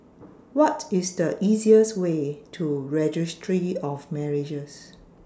What IS The easiest Way to Registry of Marriages